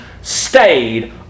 stayed